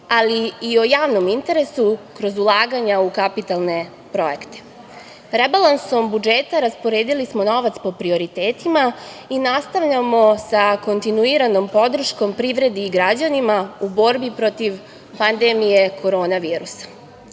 ali i o javnom interesu kroz ulaganja u kapitalne projekte. Rebalansom budžeta rasporedili smo novac po prioritetima i nastavljamo sa kontinuiranom podrškom privredi i građanima u borbi protiv pandemije korona virusa.